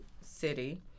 City